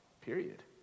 period